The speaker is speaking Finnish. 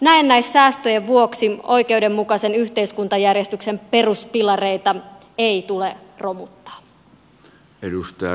näennäissäästöjen vuoksi oikeudenmukaisen yhteiskuntajärjestyksen peruspilareita ei tule romuttaa